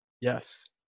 Yes